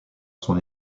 son